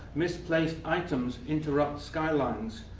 misplaced items interrupt skylines.